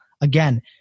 again